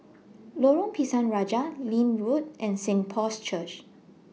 Lorong Pisang Raja Leith Road and Saint Paul's Church